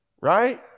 Right